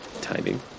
timing